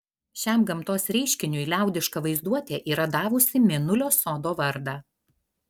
šiam gamtos reiškiniui liaudiška vaizduotė yra davusi mėnulio sodo vardą